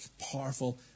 powerful